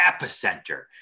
epicenter